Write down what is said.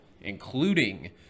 including